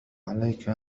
عليك